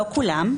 לא כולם,